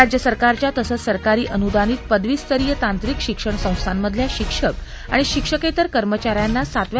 राज्य सरकारच्या तसंच सरकारी अनुदानित पदवीस्तरीय तांत्रिक शिक्षण संस्थामधल्या शिक्षक आणि शिक्षकेतर कर्मचाऱ्यांना सातव्या